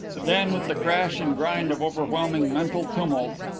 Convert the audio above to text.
then, with the crash and grind of overwhelming mental tumult,